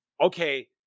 okay